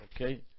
Okay